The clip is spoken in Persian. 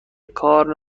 کار